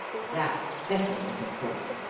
that settled it, of course.